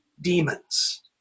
demons